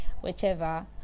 whichever